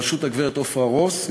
בראשות הגברת עפרה רוס,